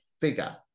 figure